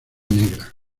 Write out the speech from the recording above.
negra